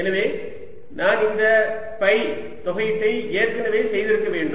எனவே நான் இந்த ஃபை தொகையீட்டை ஏற்கனவே செய்திருக்க வேண்டும்